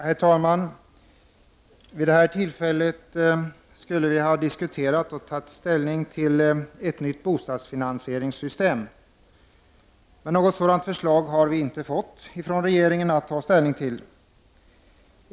Herr talman! Vid det här tillfället skulle vi ha diskuterat och tagit ställning till ett nytt bostadsfinansieringssystem. Men något sådant förslag har vi inte fått från regeringen att ta ställning till.